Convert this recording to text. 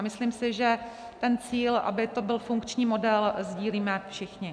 Myslím si, že cíl, aby to byl funkční model, sdílíme všichni.